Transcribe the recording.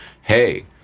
hey